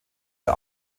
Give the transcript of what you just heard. der